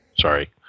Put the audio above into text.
Sorry